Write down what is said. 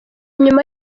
nyuma